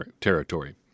territory